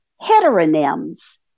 heteronyms